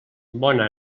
bona